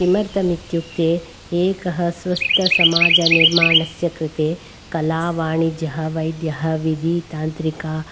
किमर्थम् इत्युक्ते एकः स्वस्थसमाजनिर्माणस्य कृते कला वाणिज्यः वैद्यः विधि तान्त्रिक